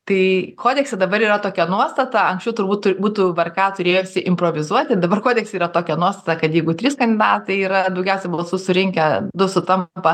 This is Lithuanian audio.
tai kodekse dabar yra tokia nuostata anksčiau turbūt būtų vrk turėjusi improvizuoti dabar kodekse yra tokia nuostata kad jeigu trys kandidatai yra daugiausia balsų surinkę du sutampa